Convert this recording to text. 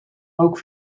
ook